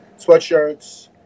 sweatshirts